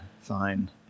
fine